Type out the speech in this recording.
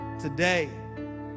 Today